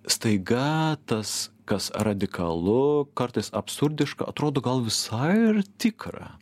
staiga tas kas radikalu kartais absurdiška atrodo gal visai ir tikra